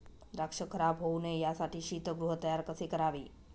द्राक्ष खराब होऊ नये यासाठी शीतगृह तयार कसे करावे?